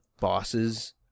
bosses